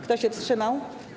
Kto się wstrzymał?